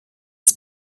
his